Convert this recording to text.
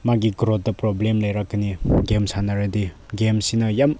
ꯃꯥꯒꯤ ꯒ꯭ꯔꯣꯠꯇ ꯄ꯭ꯔꯣꯕ꯭ꯂꯦꯝ ꯂꯩꯔꯛꯀꯅꯤ ꯒꯦꯝ ꯁꯥꯟꯅꯔꯗꯤ ꯒꯦꯝꯁꯤꯅ ꯌꯥꯝ